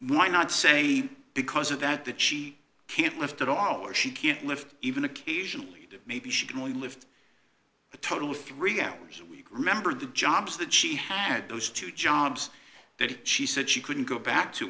why not say because of that that she can't lift at all or she can't lift even occasionally maybe she can only lift a total of three hours a week remember the jobs that she had those two jobs that she said she couldn't go back to